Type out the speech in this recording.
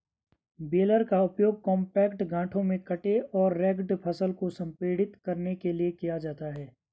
baler का उपयोग compact गांठों में कटे और रेक्ड फसल को संपीड़ित करने के लिए किया जाता है